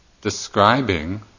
describing